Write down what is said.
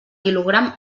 quilogram